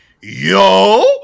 yo